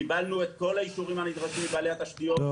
קבלנו את כל האישורים הנדרשים מבעלי התשתיות,